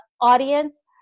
audience